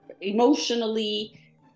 Emotionally